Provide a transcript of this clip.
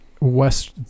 West